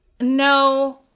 No